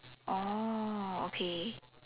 oh okay